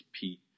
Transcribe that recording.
Pete